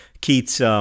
Keats